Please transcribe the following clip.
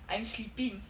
I'm sleeping